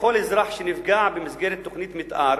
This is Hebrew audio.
לכל אזרח שנפגע במסגרת תוכנית מיתאר,